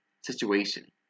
situation